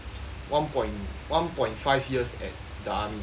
one point one point five years at the army